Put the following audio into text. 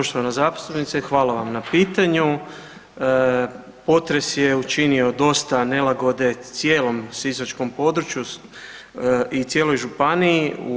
Poštovana zastupnice hvala vam na pitanju, potres je učinio dosta nelagode cijelom sisačkom području i cijeloj županiji.